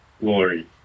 glory